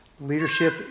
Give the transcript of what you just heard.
leadership